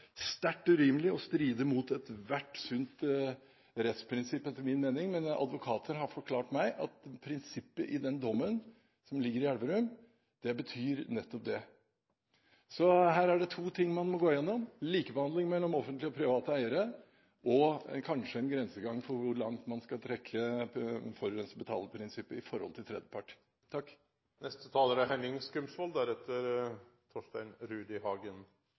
sterkt urimelig og stride mot ethvert sunt rettsprinsipp – etter min mening. Men advokater har forklart meg at prinsippet i dommen fra Elverum betyr nettopp det. Her er det to ting man må gå gjennom: likebehandling mellom offentlige og private eiere og kanskje en grensegang for hvor langt man skal trekke forurenserbetaler-prinsippet i forhold til tredjepart. Dette gjelder en faktaopplysning til representanten Sande. Det er